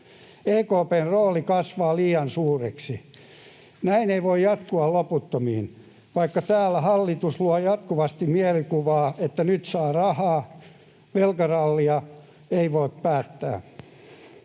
EKP:n rooli kasvaa liian suureksi. Näin ei voi jatkua loputtomiin, vaikka täällä hallitus luo jatkuvasti mielikuvaa, että nyt saa rahaa. Velkarallia ei voi päättää.